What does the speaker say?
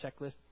checklist